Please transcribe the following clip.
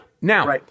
Now